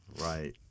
right